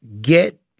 Get